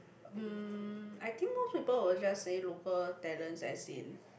um I think most people will just say local talents as in